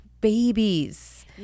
babies